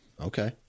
Okay